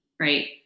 right